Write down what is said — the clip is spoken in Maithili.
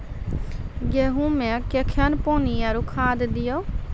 गेहूँ मे कखेन पानी आरु खाद दिये?